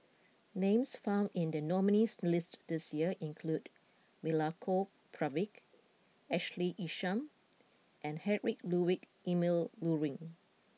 names found in the nominees' list this year include Milenko Prvacki Ashley Isham and Heinrich Ludwig Emil Luering